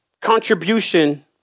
contribution